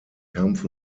kampf